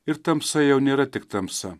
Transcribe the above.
ir tamsa jau nėra tik tamsa